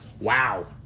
Wow